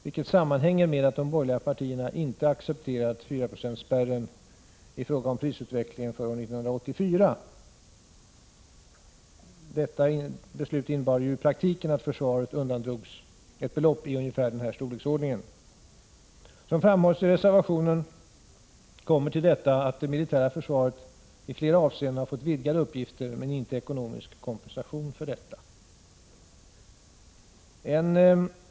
Detta sammanhänger med att de borgerliga partierna icke accepterat 4-procentsspärren i fråga om prisutvecklingen för år 1984, som i praktiken innebar att försvaret undandrogs ett belopp i ungefär denna storleksordning. Som framhålls i reservationen kommer härtill att det militära försvaret i flera avseenden har fått vidgade uppgifter men inte ekonomisk kompensation för detta.